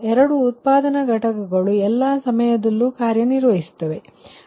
ಎರಡೂ ಉತ್ಪಾದನಾ ಘಟಕಗಳುಎಲ್ಲಾ ಸಮಯದಲ್ಲೂ ಕಾರ್ಯನಿರ್ವಹಿಸುತ್ತವೆ ಎಂದು ಊಹಿಸುವುದು